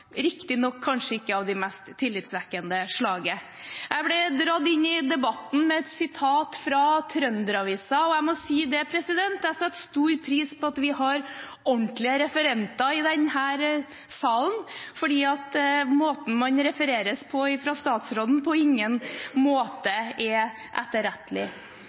riktignok kanskje ikke av det mest tillitvekkende slaget. Jeg ble dratt inn i debatten med et sitat fra Trøndera-Avisa, og jeg må si jeg setter stor pris på at vi har ordentlige referenter i denne salen, fordi måten man refereres på av statsråden, er på ingen måte etterrettelig.